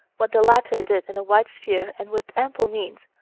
what the latter did in a wide sphere and with ample means,